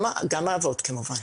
גם האבות כמובן.